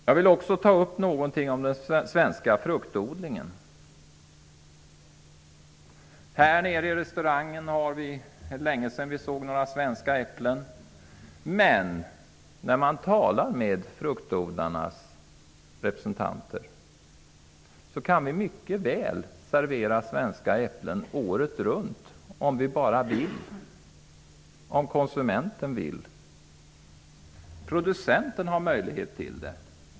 Jag vill också beröra den svenska fruktodlingen. Nere i restaurangen var det länge sedan vi såg några svenska äpplen. Men när man talar med fruktodlarnas representanter, får man veta att de mycket väl kan leverera svenska äpplen året runt bara vi vill ha sådana. Producenten kan leverera.